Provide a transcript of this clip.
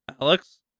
Alex